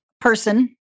person